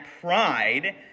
pride